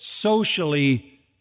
socially